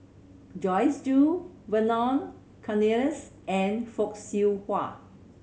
Joyce Jue Vernon Cornelius and Fock Siew Wah